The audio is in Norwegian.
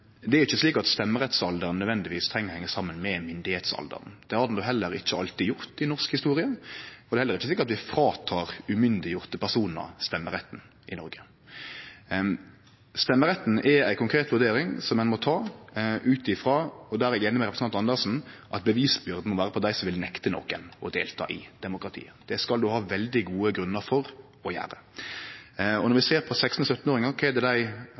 Det er ikkje slik at stemmerettsalderen nødvendigvis treng å hengje saman med myndigheitsalderen. Det har den då heller ikkje alltid gjort i norsk historie. Det er heller ikkje slik at vi tek frå umyndiggjorde personar stemmeretten i Noreg. Stemmeretten er ei konkret vurdering som ein må ta ut frå – der er eg einig med representanten Andersen – at bevisbyrda må vere på dei som vil nekte nokon å delta i demokratiet. Det skal ein ha veldig gode grunnar for å gjere. Og når vi ser på 16- og 17-åringar, kva er det dei